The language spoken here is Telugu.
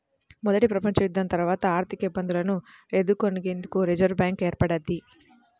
మొదటి ప్రపంచయుద్ధం తర్వాత ఆర్థికఇబ్బందులను ఎదుర్కొనేందుకు రిజర్వ్ బ్యాంక్ ఏర్పడ్డది